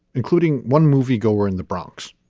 including one moviegoer in the bronx.